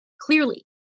clearly